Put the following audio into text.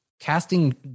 casting